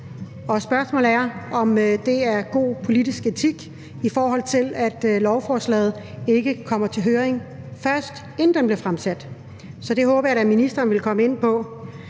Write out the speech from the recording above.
spørgsmålet er, om det er god politisk etik, at lovforslaget ikke kommer i høring først, inden det bliver fremsat. Så det håber jeg da ministeren vil komme ind på.